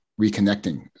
reconnecting